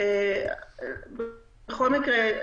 בכל מקרה,